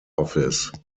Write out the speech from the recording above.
office